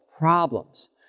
Problems